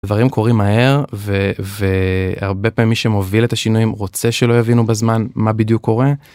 דברים קורים מהר והרבה פעמים מי שמוביל את השינויים רוצה שלא יבינו בזמן מה בדיוק קורה.